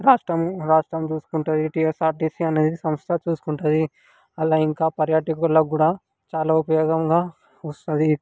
రాష్ట్రం రాష్ట్రం చూసుకుంటాయి టిఎస్ఆర్టిసి అనేది సంస్థ చూసుకుంటుంది అలా ఇంకా పర్యాటకులకి కూడా చాలా ఉపయోగంగా వస్తుంది